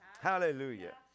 Hallelujah